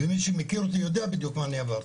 מי שמכיר אותי יודע בדיוק מה אני עברתי.